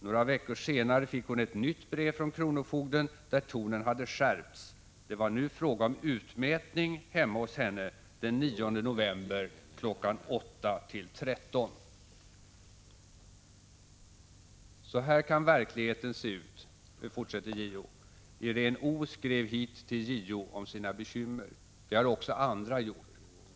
Några veckor senare fick hon ett nytt brev från kronofogden där tonen hade skärpts. Det var nu fråga om utmätning hemma hos henne den 9 november kl. 813. Så här kan det verkligheten se ut. Iréne O. skrev hit till JO om sina bekymmer. Det har också andra gjort.